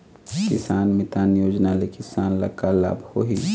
किसान मितान योजना ले किसान ल का लाभ होही?